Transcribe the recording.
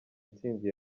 ntsinzi